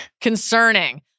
Concerning